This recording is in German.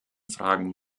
fragen